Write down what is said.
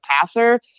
passer